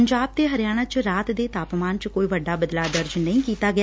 ਪੰਜਾਬ ਤੇ ਹਰਿਆਣਾ ਚ ਰਾਤ ਦੇ ਤਾਪਮਾਨ ਚ ਕੋਈ ਵੱਡਾ ਬਦਲਾਅ ਦਰਜ ਨਹੀ ਕੀਤਾ ਗਿਆ